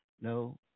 No